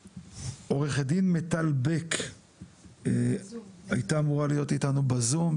עורכת דין מיטל בק הייתה אמורה להיות איתנו בזום,